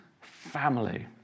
family